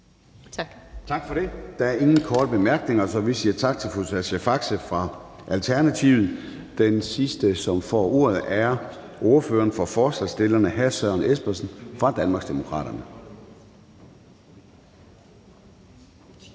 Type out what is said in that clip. Tak for det. Der er ingen korte bemærkninger. Så vi siger tak til fru Sascha Faxe fra Alternativet. Den sidste, som får ordet, er ordføreren for forslagsstillerne, hr. Søren Espersen fra Danmarksdemokraterne. Kl.